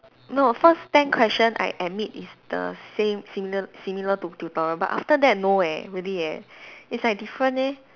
no first ten question I admit it's the same similar similar to tutorial but after that no eh really eh it's like different eh